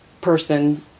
person